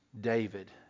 David